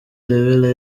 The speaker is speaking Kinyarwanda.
urebe